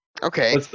Okay